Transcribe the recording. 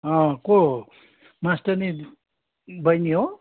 अँ को मास्टरनी बैनी हो